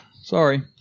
Sorry